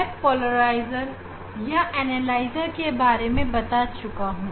मैं पोलराइजर या एनालाइजर के बारे में बता चुका हूं